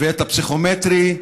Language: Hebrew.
ואת הפסיכומטרי,